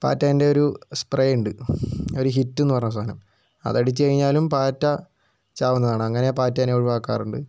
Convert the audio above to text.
പാറ്റേൻ്റെ ഒരു സ്പ്രേ ഉണ്ട് ഒരു ഹിറ്റ് എന്നു പറഞ്ഞ സാധനം അത് അടിച്ചു കഴിഞ്ഞാലും പാറ്റ ചാവുന്നതാണ് അങ്ങനെയാണ് പാറ്റേനെ ഒഴിവാക്കാറുണ്ട്